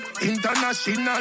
international